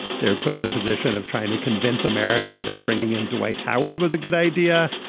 they're put in the position of trying to convince america that bringing in dwight howard was a good idea.